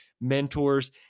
mentors